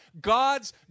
God's